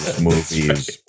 movies